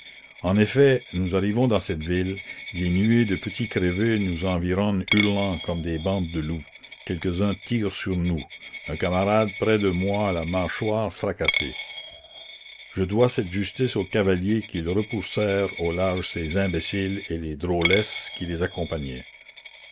en effet nous arrivons dans cette ville des nuées de petits crevés nous environnent hurlant comme des bandes de loups quelques-uns tirent sur nous un camarade près de moi a la mâchoire fracassée je dois cette justice aux cavaliers qu'ils repoussèrent au large ces imbéciles et les drôlesses qui les accompagnaient